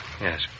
yes